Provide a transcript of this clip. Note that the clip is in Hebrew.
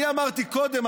אני אמרתי קודם,